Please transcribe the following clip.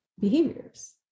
behaviors